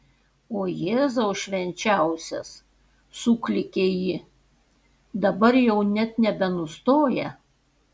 o jėzau švenčiausias suklykė ji dabar jau net nebenustoja